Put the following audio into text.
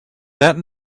that